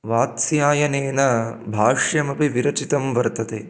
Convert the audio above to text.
वात्स्यायनेन भाष्यमपि विरचितं वर्तते